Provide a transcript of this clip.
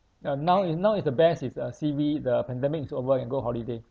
yeah now is now is the best is uh C_B the pandemic is over can go holiday